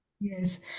Yes